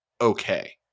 okay